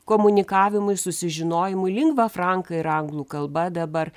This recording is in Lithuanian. komunikavimui susižinojimui lingva franka ir anglų kalba dabar